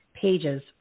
pages